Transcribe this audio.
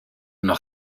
noch